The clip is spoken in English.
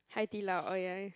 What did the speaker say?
Hai-Di-Lao oh ya